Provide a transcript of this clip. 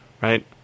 right